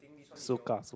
suka